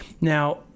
now